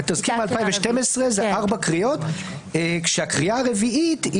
בתזכיר מ-2012 יש ארבע קריאות כאשר הקריאה הרביעית היא